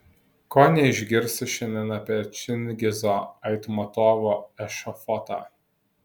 ko neišgirsi šiandien apie čingizo aitmatovo ešafotą